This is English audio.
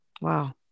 Wow